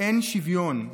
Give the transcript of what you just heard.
אין שוויון,